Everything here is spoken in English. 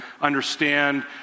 understand